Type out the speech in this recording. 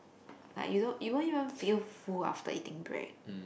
like you don't you won't even feel full after eating bread